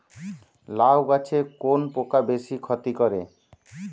লাউ গাছে কোন পোকা বেশি ক্ষতি করে?